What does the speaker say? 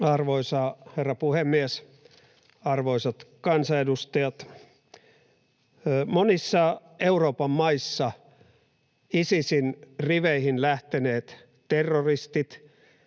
Arvoisa herra puhemies! Arvoisat kansanedustajat! Monissa Euroopan maissa Isisin riveihin lähteneet terroristit